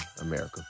America